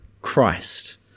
Christ